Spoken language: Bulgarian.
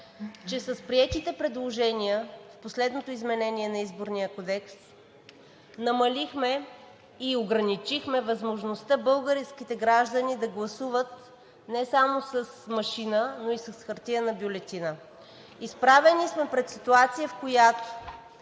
че с приетите предложения в последното изменение на Изборния кодекс намалихме и ограничихме възможността българските граждани да гласуват не само с машина, но и с хартиена бюлетина. Изправени сме пред ситуация, в която